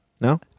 No